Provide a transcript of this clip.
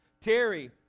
Terry